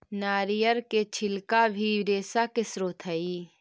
नरियर के छिलका भी रेशा के स्रोत हई